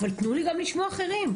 אבל תנו לי גם לשמוע אחרים.